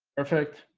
perfect